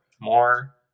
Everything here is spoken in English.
more